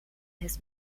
his